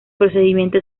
procedimiento